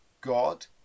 God